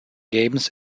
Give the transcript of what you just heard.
games